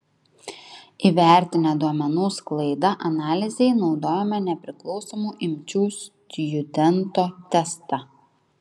įvertinę duomenų sklaidą analizei naudojome nepriklausomų imčių stjudento testą